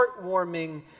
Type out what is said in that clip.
heartwarming